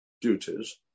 duties